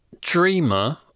Dreamer